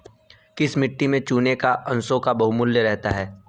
किस मिट्टी में चूने के अंशों का बाहुल्य रहता है?